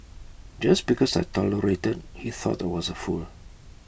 just because I tolerated he thought I was A fool